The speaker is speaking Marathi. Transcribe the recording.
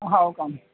हो का